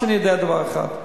אני יודע דבר אחד,